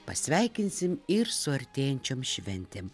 pasveikinsim ir su artėjančiom šventėm